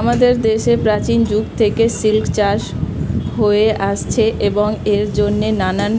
আমাদের দেশে প্রাচীন যুগ থেকে সিল্ক চাষ হয়ে আসছে এবং এর জন্যে নানান